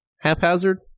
haphazard